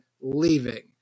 leaving